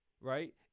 right